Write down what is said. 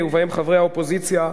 ובהם חברי האופוזיציה,